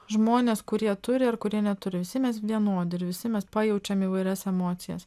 žmonės kurie turi ir kurie neturi visi mes vienodi ir visi mes pajaučiam įvairias emocijas